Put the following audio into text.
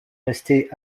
restée